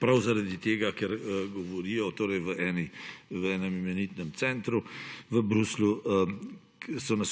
prav zaradi tega, ker so nas v enem imenitnem centru v Bruslju